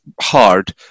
hard